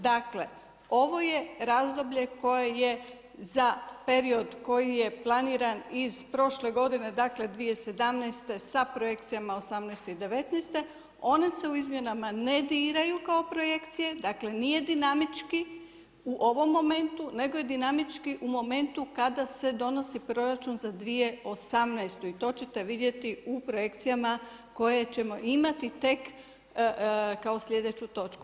Dakle, ovo je razdoblje koje je za period koji je planiran iz prošle godine, dakle 2017. sa projekcijama 2018. i 2019. one se u izmjenama ne diraju kao projekcije, dakle nije dinamički u ovom momentu nego je dinamički u momentu kada se donosi proračun za 2018. i to ćete vidjeti u projekcijama koje ćemo imati tek kao sljedeću točku.